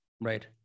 Right